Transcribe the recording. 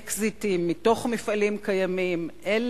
אקזיטים מתוך מפעלים קיימים אל